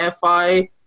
FI